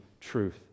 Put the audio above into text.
truth